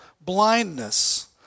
blindness